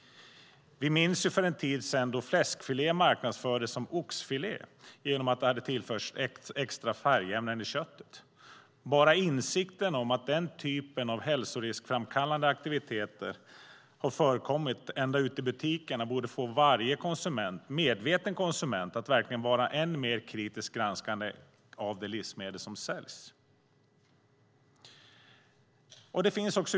För en tid sedan marknadsfördes fläskfilé som oxfilé genom att det hade tillförts extra färgämnen i köttet. Bara insikten om att den typen av hälsoriskframkallande aktiviteter förekommit ända ute i butikerna borde få varje medveten konsument att verkligen vara än mer kritiskt granskande mot de livsmedel som säljs.